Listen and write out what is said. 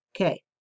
Okay